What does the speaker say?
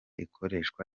ikoreshwa